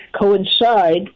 coincide